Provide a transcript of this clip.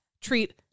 treat